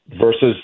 versus